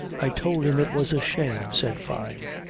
i told him it was a shame, said fyne.